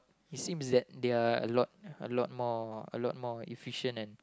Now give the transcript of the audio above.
it seems that they're a lot a lot more a lot more efficient and